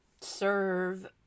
serve